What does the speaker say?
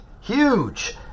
huge